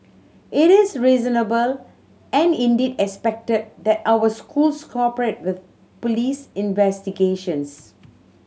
it is reasonable and indeed expected that our schools cooperate with police investigations